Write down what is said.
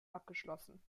abgeschlossen